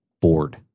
bored